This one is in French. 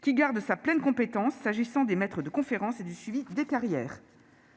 qui garde sa pleine compétence s'agissant des maîtres de conférences et du suivi des carrières.